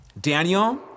Daniel